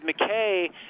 McKay